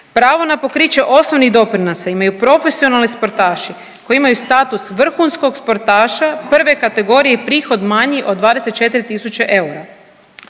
Pravo na pokriće osnovnih doprinosa imaju profesionalni sportaši koji imaju status vrhunskog sportaša prve kategorije i prihoda manji od 24.000 eura.